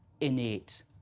innate